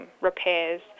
repairs